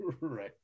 Right